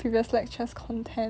previous lectures content